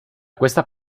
questa